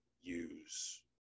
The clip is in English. use